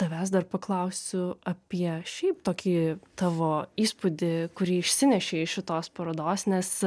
tavęs dar paklausiu apie šiaip tokį tavo įspūdį kurį išsinešei iš šitos parodos nes